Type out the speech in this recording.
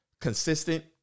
consistent